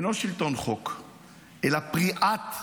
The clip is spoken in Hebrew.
זה לא שלטון חוק אלא פריעת חוק.